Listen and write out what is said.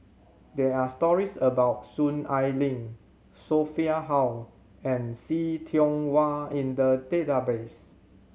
there are stories about Soon Ai Ling Sophia Hull and See Tiong Wah in the database